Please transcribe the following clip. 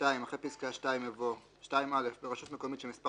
(2)אחרי פסקה (2) יבוא: "(2א) ברשות מקומית שמספר